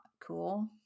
cool